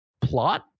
plot